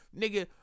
Nigga